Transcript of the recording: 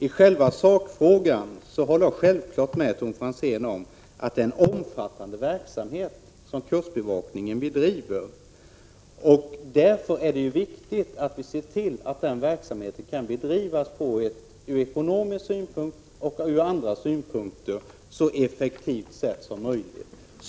I själva sakfrågan håller jag självfallet med Tommy Franzén om att det är en omfattande verksamhet som kustbevakningen bedriver. Därför är det viktigt att se till att den verksamheten kan bedrivas på ett från ekonomiska och andra synpunkter så effektivt sätt som möjligt.